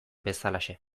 bezalaxe